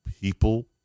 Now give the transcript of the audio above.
people